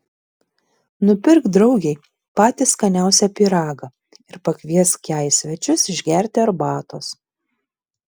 nupirk draugei patį skaniausią pyragą ir pakviesk ją į svečius išgerti arbatos